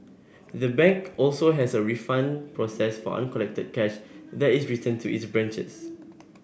the bank also has a refund process for uncollected cash that is returned to its branches